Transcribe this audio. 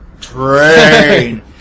Train